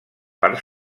part